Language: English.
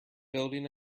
building